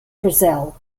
brazil